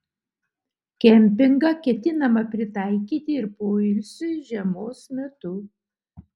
kempingą ketinama pritaikyti ir poilsiui žiemos metu